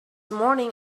morning